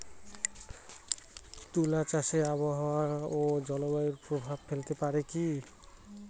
তুলা চাষে আবহাওয়া ও জলবায়ু প্রভাব ফেলতে পারে কি?